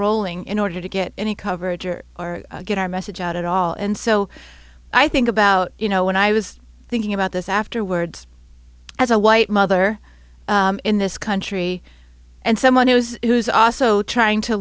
rolling in order to get any coverage or or get our message out at all and so i think about you know when i was thinking about this afterwards as a white mother in this country and someone who's who's also trying to